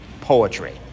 poetry